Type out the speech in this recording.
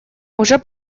уже